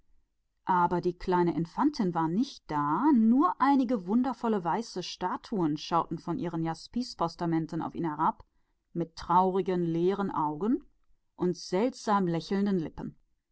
aber die kleine infantin war nicht da nur einige herrliche weiße statuen die von ihren jaspispiedestalen auf ihn niedersahen mit traurigen leeren augen und seltsam lächelnden lippen